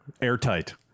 airtight